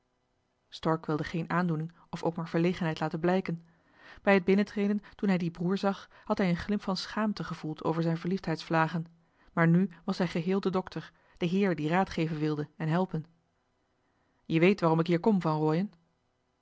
stork wilde volstrekt geen aandoening of ook maar verlegenheid laten blijken bij het binnentreden toen hij dien broer zag had hij een glimp van schaamte gevoeld over zijn verliefdheidsvlagen maar nu was hij geheel de dokter de heer die raadgeven wilde en helpen je weet waarom ik hier kom van rooien